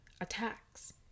attacks